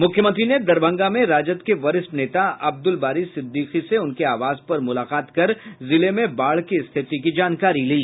मुख्यमंत्री ने दरभंगा में राजद के वरिष्ठ नेता अब्दुल बारी सिद्धिकी से उनके आवास पर मुलाकात कर जिले में बाढ़ की स्थिति की जानकारी ली